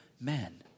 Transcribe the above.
men